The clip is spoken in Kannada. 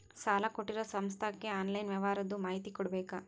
ಸಾಲಾ ಕೊಟ್ಟಿರೋ ಸಂಸ್ಥಾಕ್ಕೆ ಆನ್ಲೈನ್ ವ್ಯವಹಾರದ್ದು ಮಾಹಿತಿ ಕೊಡಬೇಕಾ?